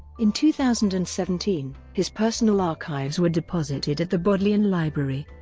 in two thousand and seventeen, his personal archives were deposited at the bodleian library.